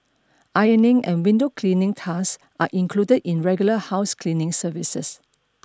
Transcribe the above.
ironing and window cleaning tasks are included in regular house cleaning services